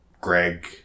Greg